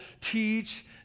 teach